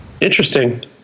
Interesting